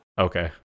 Okay